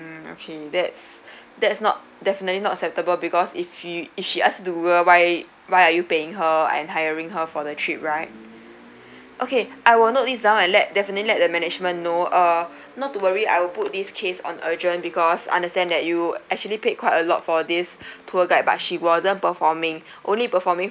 okay that's that's not definitely not acceptable because if she if she ask to uh why why are you paying her and hiring her for the trip right okay I will note this down I'll let definitely let the management know uh not to worry I will put his case on urgent because understand that you actually paid quite a lot for this tour guide but she wasn't performing only performing